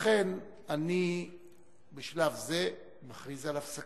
לכן, בשלב זה, אני מכריז על הפסקה.